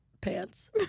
pants